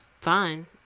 fine